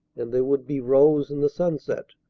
and there would be rose in the sunset.